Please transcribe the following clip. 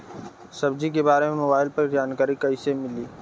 सब्जी के बारे मे मोबाइल पर जानकारी कईसे मिली?